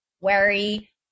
wary